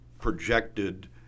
projected